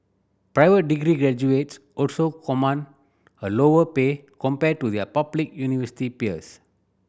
private degree graduates also command a lower pay compared to their public university peers